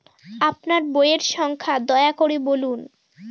আপনার বইয়ের সংখ্যা দয়া করে বলুন?